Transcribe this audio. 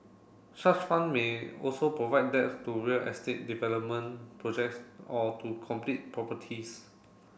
such fund may also provide debt to real estate development projects or to complete properties